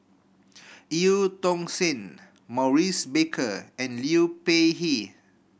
Eu Tong Sen Maurice Baker and Liu Peihe